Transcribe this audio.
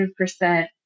100%